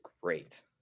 great